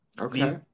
Okay